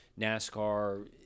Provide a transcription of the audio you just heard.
NASCAR